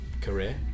career